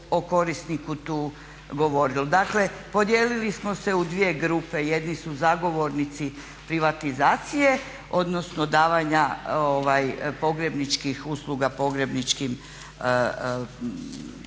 o korisniku tu govorilo. Dakle, podijelili smo se u dvije grupe jedni su zagovornici privatizacije, odnosno davanja pogrebničkih usluga pogrebničkim poduzećima.